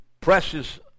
presses